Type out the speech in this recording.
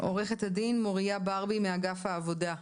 עורכת הדין מוריה ברבי מאגף העבודה,